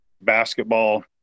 basketball